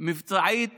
מבצעית